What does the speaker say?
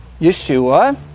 Yeshua